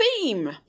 theme